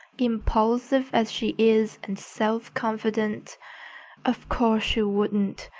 impulsive as she is and self-confident of course she wouldn't,